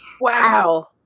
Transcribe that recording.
Wow